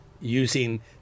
Using